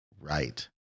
Right